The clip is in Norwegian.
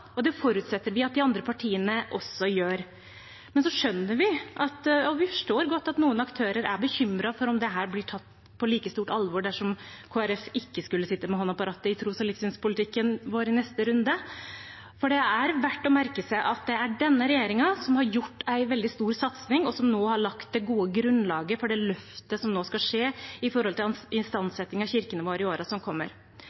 forutsetter vi at de andre partiene også gjør. Men vi skjønner og forstår godt at noen aktører er bekymret for om dette blir tatt på like stort alvor dersom Kristelig Folkeparti ikke skulle sitte med hånden på rattet i tros- og livssynspolitikken i neste runde, for det er verdt å merke seg at det er denne regjeringen som har gjort en veldig stor satsing, og som har lagt det gode grunnlaget for det løftet som nå skal skje for istandsetting av kirkene våre i